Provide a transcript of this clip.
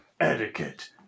etiquette